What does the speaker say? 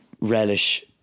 relish